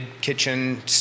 kitchen